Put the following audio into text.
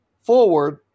forward